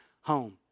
home